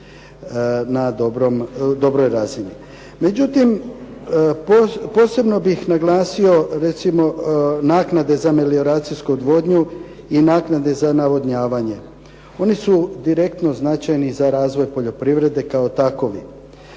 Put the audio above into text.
na dobroj razini. Međutim, posebno bih naglasio recimo naknade za melioracijsku odvodnju i naknade za navodnjavanje. Oni su direktno značajni za razvoj poljoprivrede kao takovi.